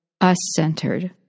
us-centered